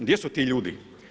Gdje su ti ljudi?